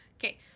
Okay